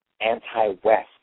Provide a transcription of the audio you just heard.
anti-West